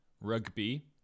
rugby